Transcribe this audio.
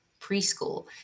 preschool